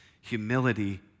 humility